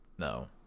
no